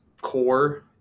core